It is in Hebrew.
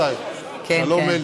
כן, כן.